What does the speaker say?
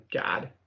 God